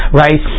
right